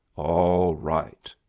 all right.